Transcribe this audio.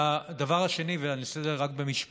הדבר השני, ואני אעשה את זה רק במשפט,